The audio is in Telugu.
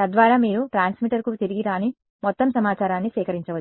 తద్వారా మీరు ట్రాన్స్మిటర్కు తిరిగి రాని మొత్తం సమాచారాన్ని సేకరించవచ్చు